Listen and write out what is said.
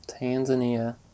Tanzania